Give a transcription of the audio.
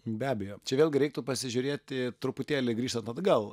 be abejo čia vėlgi reiktų pasižiūrėti truputėlį grįžtant atgal